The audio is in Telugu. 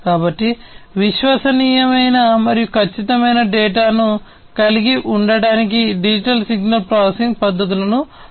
కాబట్టి విశ్వసనీయమైన మరియు ఖచ్చితమైన డేటాను కలిగి ఉండటానికి డిజిటల్ సిగ్నల్ ప్రాసెసింగ్ పద్ధతులను వర్తింపజేయాలి